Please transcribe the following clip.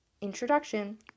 introduction